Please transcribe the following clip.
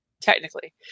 Technically